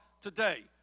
today